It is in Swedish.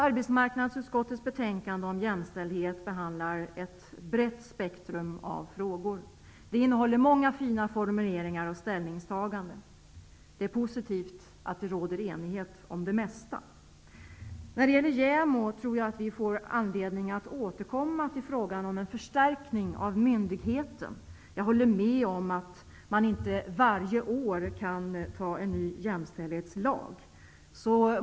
Arbetsmarknadsutskottets betänkande om jämställdhet behandlar ett brett spektrum av frågor. Det innehåller många fina formuleringar och ställningstaganden. Det är positivt att det råder enighet om det mesta. När det gäller JämO tror jag att vi får anledning att återkomma till frågan om en förstärkning av myndigheten. Jag håller med om att man inte varje år kan anta en ny jämställdhetslag.